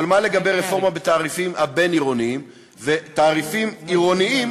אבל מה לגבי רפורמה בתעריפים הבין-עירוניים ותעריפים עירוניים